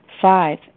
Five